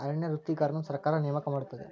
ಅರಣ್ಯ ವೃತ್ತಿಗಾರರನ್ನು ಸರ್ಕಾರ ನೇಮಕ ಮಾಡುತ್ತದೆ